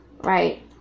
right